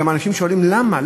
וגם האנשים שואלים: למה?